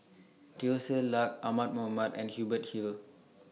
Teo Ser Luck Ahmad Mattar and Hubert Hill